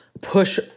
push